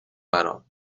برام